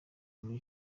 muri